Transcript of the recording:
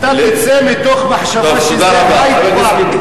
תצא מתוך מחשבה שזה הייד-פארק.